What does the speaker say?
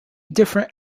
different